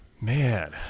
Man